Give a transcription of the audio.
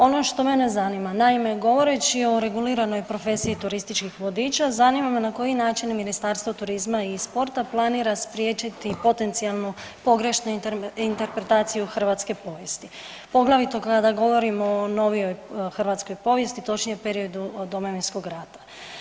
Ono što mene zanima, naime govoreći o reguliranoj profesiji turističkih vodiča zanima me na koji način Ministarstvo turizma i sporta planira spriječiti potencijalnu pogrešnu interpretaciju hrvatske povijesti, poglavito kada govorimo o novijoj hrvatskoj povijesti, točnije periodu od Domovinskog rata.